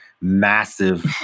massive